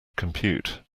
compute